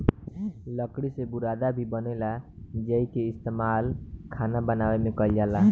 लकड़ी से बुरादा भी बनेला जेइके इस्तमाल खाना बनावे में कईल जाला